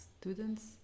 students